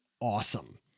awesome